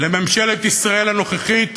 ממשלת ישראל הנוכחית,